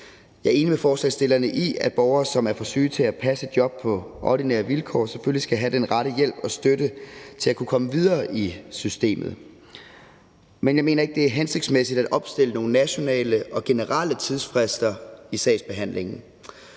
Jeg er enig med forslagsstillerne i, at borgere, som er for syge til at passe et job på ordinære vilkår, selvfølgelig skal have den rette hjælp og støtte til at kunne komme videre i systemet, men jeg mener ikke, det er hensigtsmæssigt at opstille nogle nationale og generelle tidsfrister i forhold til sagsbehandlingen.